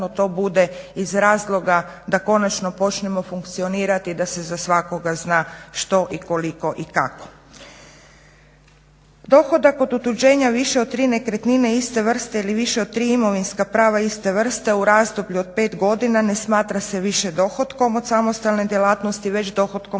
to bude iz razloga da konačno počnemo funkcionirati, da se za svakoga zna što i koliko i kako. Dohodak od otuđenja više od tri nekretnine iste vrste ili više od tri imovinska prava iste vrste u razdoblju od 5 godina ne smatra se više dohotkom od samostalne djelatnosti već dohotkom